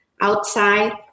outside